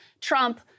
Trump